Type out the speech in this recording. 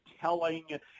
telling